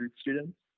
students